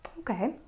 Okay